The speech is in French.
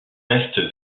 restent